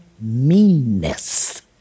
meanness